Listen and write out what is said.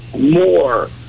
more